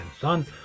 Son